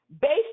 based